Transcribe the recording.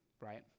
right